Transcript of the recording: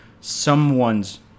someone's